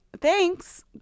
thanks